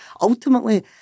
ultimately